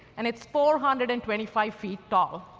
and it's four hundred and twenty five feet tall